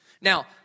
Now